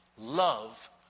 Love